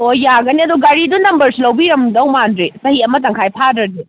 ꯑꯣ ꯌꯥꯒꯅꯤ ꯑꯗꯣ ꯒꯥꯔꯤꯗꯣ ꯅꯝꯕꯔꯁꯨ ꯂꯧꯕꯤꯔꯝꯗꯧ ꯃꯥꯟꯗ꯭ꯔꯤ ꯆꯍꯤ ꯑꯃ ꯇꯪꯈꯥꯏ ꯐꯥꯗ꯭ꯔꯗꯤ